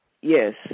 Yes